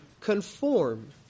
conform